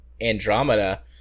andromeda